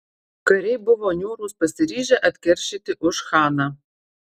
kariai buvo niūrūs pasiryžę atkeršyti už chaną